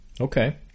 Okay